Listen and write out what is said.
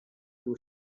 two